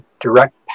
direct